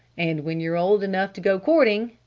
and when you're old enough to go courting,